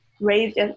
raised